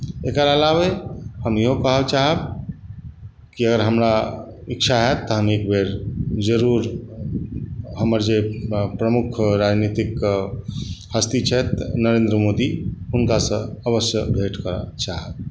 एकर अलावा हम इहो कहऽ चाहब कि अगर हमरा इच्छा हैत तऽ हम एक बेर जरूर हमर जे प्रमुख राजनीतिक हस्ती छथि नरेन्द्र मोदी हुनकासँ अवश्य भेँट करऽ चाहब